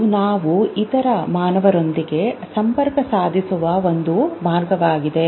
ಇದು ನಾವು ಇತರ ಮಾನವರೊಂದಿಗೆ ಸಂಪರ್ಕ ಸಾಧಿಸುವ ಒಂದು ಮಾರ್ಗವಾಗಿದೆ